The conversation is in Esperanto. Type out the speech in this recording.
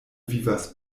vivas